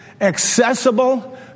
accessible